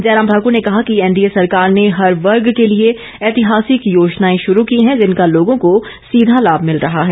जयराम ठाक्र ने कहा कि एनडीए सरकार ने हर वर्ग के लिए ऐतिहासिक योजनाएं शुरू की है जिनका लोगों को सीधा लाभ मिल रहा है